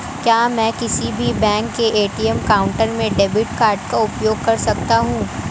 क्या मैं किसी भी बैंक के ए.टी.एम काउंटर में डेबिट कार्ड का उपयोग कर सकता हूं?